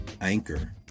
anchor